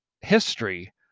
history